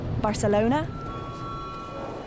Barcelona